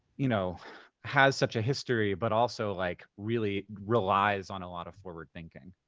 you know has such a history, but also, like, really relies on a lot of forward thinking?